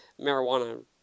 Marijuana